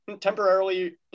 temporarily